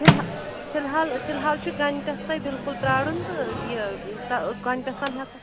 فِلحال فلحال فلحال چھُ گَنٛٹَس تۅہہِ بِلکُل پرٛارُن تہٕ یہِ تہٕ گَنٛٹَس تام ہیٚکِو